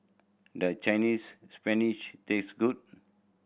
does Chinese Spinach taste good